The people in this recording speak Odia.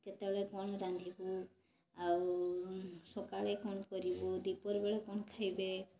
କେତେବେଳେ କ'ଣ ରାନ୍ଧିବୁ ଆଉ ସକାଳେ କ'ଣ କରିବୁ ଦିପହର ବେଳେ କ'ଣ ଖାଇବେ